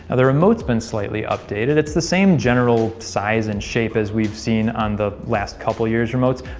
ah the remote's been slightly updated. it's the same general size and shape as we've seen on the last couple years remotes,